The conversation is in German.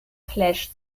flash